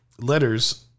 letters